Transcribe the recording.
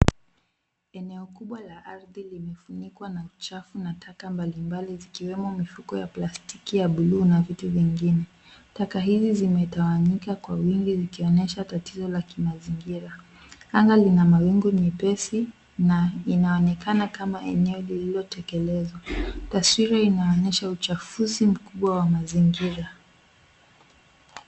Eneo kubwa la ardhi limefunikwa na uchafu na taka mbali mbali zikiwemo mifuko ya plastiki ya buluu na vitu vingine. Taka hizi zimetawanyika kwa wingi zikionyesha tatizo la mazingira. Anga lina mawingu mepesi na inaonekana kama eneo lililotekelezwa. Taswira inaonyesa uchafuzi mkubwa wa mazingira.